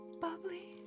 bubbly